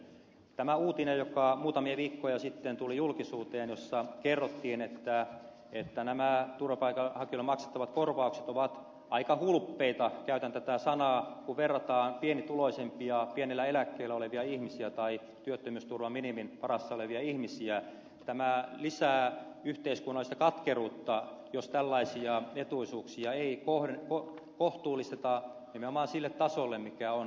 tämä uutinen joka muutamia viikkoa sitten tuli julkisuuteen jossa kerrottiin että nämä turvapaikanhakijoille maksettavat korvaukset ovat aika hulppeita käytän tätä sanaa kun verrataan pienituloisempia pienellä eläkkeellä olevia ihmisiä tai työttömyysturvan minimin varassa olevia ihmisiä lisää yhteiskunnallista katkeruutta jos tällaisia etuisuuksia ei kohtuullisteta nimenomaan sille tasolle mikä on naapurimaissa